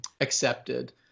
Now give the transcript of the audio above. accepted